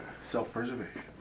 Self-preservation